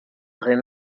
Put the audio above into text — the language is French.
rue